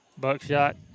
Buckshot